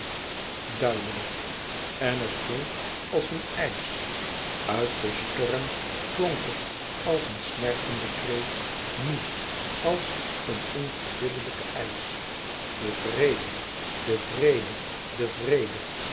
duidelijk en het klonk als een eisch uit den storm klonk het als een snerpende kreet nu als een onverbiddelijke eisch de vrede de vrede de vrede